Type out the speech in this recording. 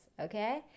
Okay